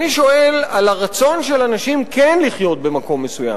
על הרצון של אנשים כן לחיות במקום מסוים,